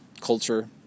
culture